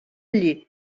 lli